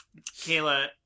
Kayla